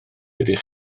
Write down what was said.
ydych